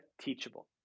Teachable